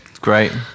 great